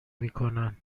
میکنن